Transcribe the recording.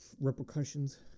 repercussions